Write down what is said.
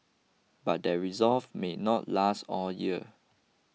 but that resolve may not last all year